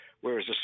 Whereas